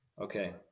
Okay